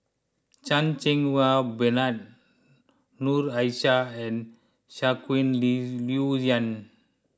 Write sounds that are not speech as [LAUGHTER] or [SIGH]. Chan Cheng Wah Bernard Noor Aishah and Shangguan [UNINTELLIGIBLE] Liuyun